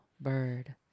bird